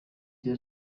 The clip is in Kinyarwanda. cya